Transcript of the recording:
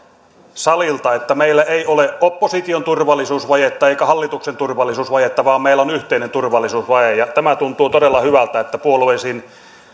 salilta että meillä ei ole opposition turvallisuusvajetta eikä hallituksen turvallisuusvajetta vaan meillä on yhteinen turvallisuusvaje tämä tuntuu todella hyvältä että puolueisiin